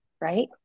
right